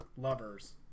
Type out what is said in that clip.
lovers